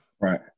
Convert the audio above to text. Right